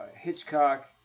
Hitchcock